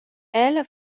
ella